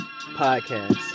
podcast